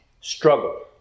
struggle